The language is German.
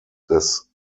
des